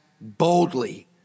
boldly